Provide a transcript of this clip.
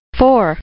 four